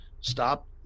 stop